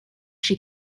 she